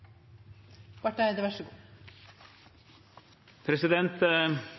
Barth Eide hadde en god